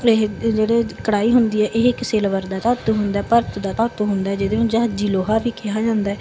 ਇਹ ਜਿਹੜੇ ਕੜਾਹੀ ਹੁੰਦੀ ਹੈ ਇਹ ਇੱਕ ਸਿਲਵਰ ਦਾ ਧਾਤੂ ਹੁੰਦਾ ਭਰਤ ਦਾ ਧਾਤੂ ਹੁੰਦਾ ਜਿਹਦੇ ਨੂੰ ਜ਼ਹਾਜੀ ਲੋਹਾ ਵੀ ਕਿਹਾ ਜਾਂਦਾ